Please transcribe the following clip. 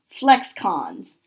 FlexCons